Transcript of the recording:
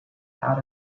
out